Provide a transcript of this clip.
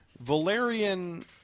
Valerian